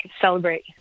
celebrate